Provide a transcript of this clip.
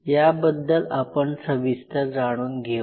याबद्दल आपण सविस्तर जाणून घेऊ